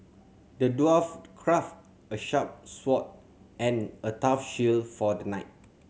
the dwarf crafted a sharp sword and a tough shield for the knight